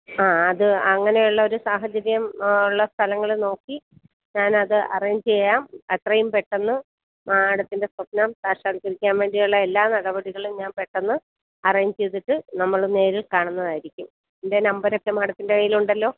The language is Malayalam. ആ അത് അങ്ങനെയുള്ളൊരു സാഹചര്യം ഉള്ള സ്ഥലങ്ങള് നോക്കി ഞാനത് അറേഞ്ച് ചെയ്യാം എത്രയും പെട്ടെന്ന് മാഡത്തിൻ്റെ സ്വപ്നം സാക്ഷാത്കരിക്കാൻ വേണ്ടിയുള്ള എല്ലാ നടപടികളും ഞാൻ പെട്ടെന്ന് അറേഞ്ച് ചെയ്തിട്ട് നമ്മള് നേരിൽ കാണുന്നതായിരിക്കും എൻ്റെ നമ്പരൊക്കെ മാഡത്തിൻ്റെ കയ്യിലുണ്ടല്ലോ